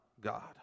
God